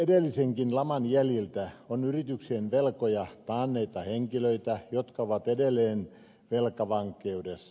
edellisenkin laman jäljiltä on yrityksien velkoja taanneita henkilöitä jotka ovat edelleen velkavankeudessa